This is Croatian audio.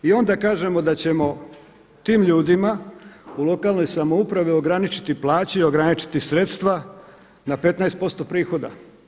I onda kažemo da ćemo tim ljudima u lokalnoj samoupravi ograničiti plaće i ograničiti sredstva na 15% prihoda.